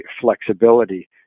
flexibility